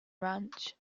ranch